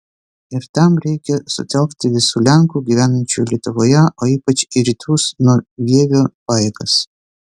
ir tam reikia sutelkti visų lenkų gyvenančių lietuvoje o ypač į rytus nuo vievio pajėgas